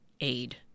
aid